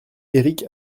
éric